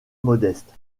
modeste